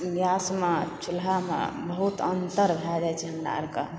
गैसमे चूल्हामे बहुत अन्तर भए जाइत छै हमरा आरके